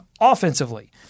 offensively